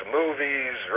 movies